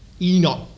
Enoch